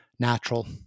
natural